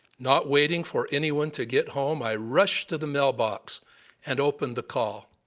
not waiting for anyone to get home, i rushed to the mailbox and opened the call.